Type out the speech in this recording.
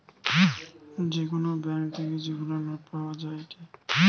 যে কোন ব্যাঙ্ক থেকে যেগুলা নোট পাওয়া যায়েটে